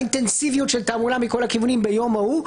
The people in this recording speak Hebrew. אינטנסיביות של תעמולה מכל הכיוונים ביום ההוא,